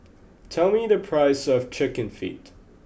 tell me the price of chicken feet